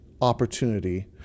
opportunity